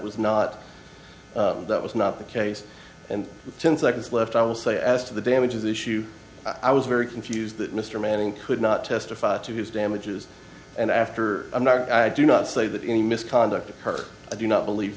was not that was not the case and with ten seconds left i will say as to the damages issue i was very confused that mr manning could not testify to his damages and after an hour i do not say that any misconduct occurred i do not believe